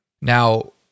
Now